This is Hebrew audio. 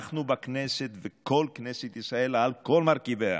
אנחנו בכנסת, כל כנסת ישראל על כל מרכיביה,